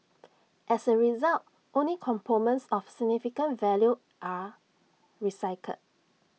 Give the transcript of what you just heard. as A result only components of significant value are recycled